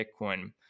Bitcoin